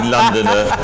Londoner